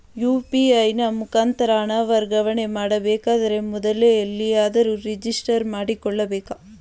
UPI ನ ಮುಖಾಂತರ ಹಣ ವರ್ಗಾವಣೆ ಮಾಡಬೇಕಾದರೆ ಮೊದಲೇ ಎಲ್ಲಿಯಾದರೂ ರಿಜಿಸ್ಟರ್ ಮಾಡಿಕೊಳ್ಳಬೇಕಾ?